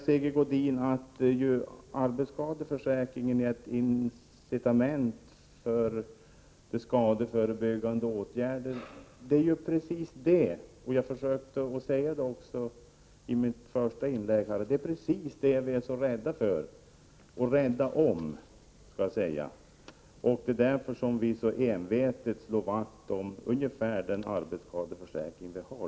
Sigge Godin sade att arbetsskadeförsäkringen är ett incitament för skadeförebyggande åtgärder — och det är precis vad jag försökte säga i mitt första inlägg och som vi är rädda om. Det är därför som vi så envetet slår vakt om den arbetsskadeförsäkring vi har.